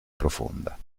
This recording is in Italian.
profonda